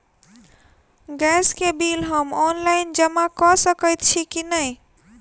Gas केँ bill हम online जमा कऽ सकैत छी की नै?